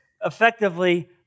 effectively